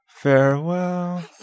farewell